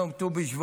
היום ט"ו בשבט.